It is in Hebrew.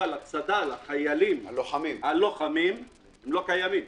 אבל צד"ל, החיילים הלוחמים לא קיימים.